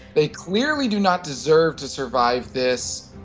they clearly do not deserve to survive this.